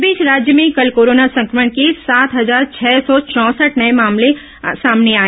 इस बीच राज्य में कल कोरोना संक्रमण के सात हजार छह सौ चौंसठ नये मामले सामने आए